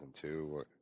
two